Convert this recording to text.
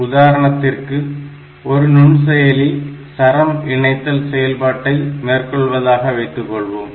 உதாரணத்திற்கு ஒரு நுண் செயலி சரம் இணைத்தல் செயல்பாட்டை மேற்கொள்வதாக வைத்துக் கொள்வோம்